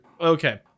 okay